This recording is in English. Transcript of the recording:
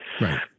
Right